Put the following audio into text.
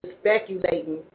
speculating